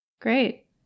Great